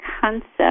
concept